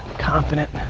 confident.